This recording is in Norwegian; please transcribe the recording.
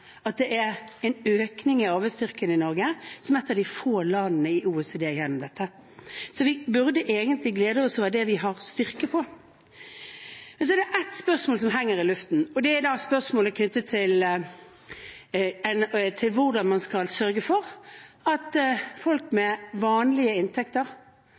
at det er en økning i arbeidsstyrken i Norge, som ett av de få landene i OECD. Vi burde egentlig glede oss over det vi har styrke på. Men så er det ett spørsmål som henger i luften, og det er spørsmålet knyttet til hvordan man skal sørge for at folk med vanlige inntekter,